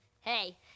Hey